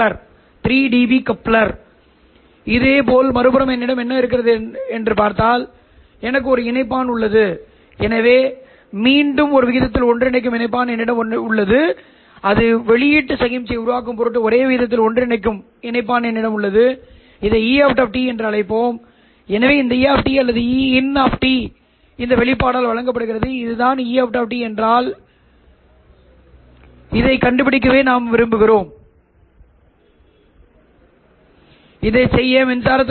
நான் a உண்மையானதாக கருதினேன் எனவே நான்a வெளியே இழுத்துள்ளேன் இதன் உண்மையான பகுதியை நான் பெறுகிறேன் எனவே உள்ளூர் ஆஸிலேட்டர் புலத்தின் சிக்கலான இணைவை நீங்கள் எடுத்துக் கொண்டால் நீங்கள் e jωLOt θLO பெறுவீர்கள் எனவே நீங்கள் இதை இந்த வெளிப்பாட்டில் வைத்தால் cosθ என்றால் என்ன என்று நான் சொன்னது θLO என்பது ஒரு நிலையானது